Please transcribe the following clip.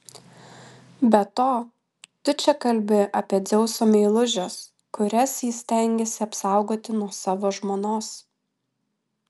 be to tu čia kalbi apie dzeuso meilužes kurias jis stengėsi apsaugoti nuo savo žmonos